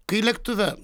kai lėktuve